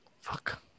fuck